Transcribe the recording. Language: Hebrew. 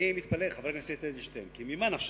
אני מתפלא, חבר הכנסת אדלשטיין, כי ממה נפשך,